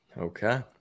Okay